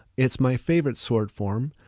it's my favorite sword form.